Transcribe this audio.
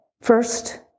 first